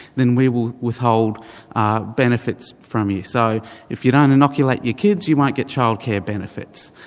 then we will withhold ah benefits from you. so if you don't innoculate your kids, you won't get childcare benefits.